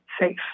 safe